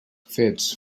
fets